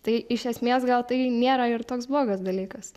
tai iš esmės gal tai nėra ir toks blogas dalykas